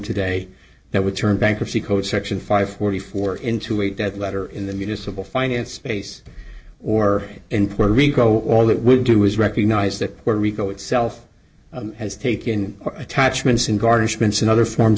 today that would turn bankruptcy code section five forty four into a dead letter in the municipal finance space or in puerto rico all it would do is recognize that puerto rico itself has taken attachments and garnishments in other forms